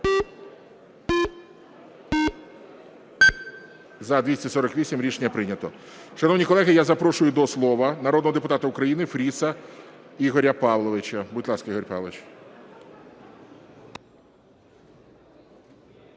За-248 Рішення прийнято. Шановні колеги, я запрошую до слова народного депутата України Фріса Ігоря Павловича. Будь ласка, Ігор Павлович.